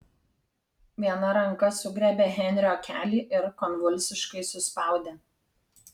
viena ranka sugriebė henrio kelį ir konvulsiškai suspaudė